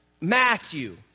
Matthew